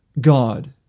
God